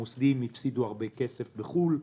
המוסדים הפסידו הרבה כסף בחו"ל,